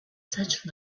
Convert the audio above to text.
such